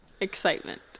Excitement